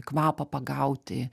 kvapą pagauti